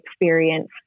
experience